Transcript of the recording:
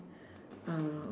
um